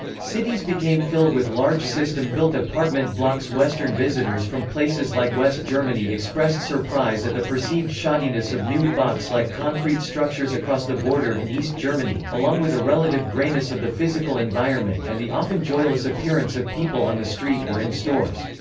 cities became filled with large system-built apartment blocks western visitors from places like west germany expressed surprise at the perceived shoddiness of new, box-like concrete structures across the border in east germany, along with a relative greyness of the physical environment and the often joyless appearance of people on the street or in stores.